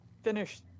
finish